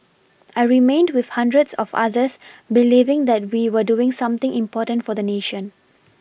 I remained with hundreds of others believing that we were doing something important for the nation